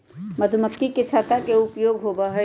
मधुमक्खी के छत्ता के का उपयोग होबा हई?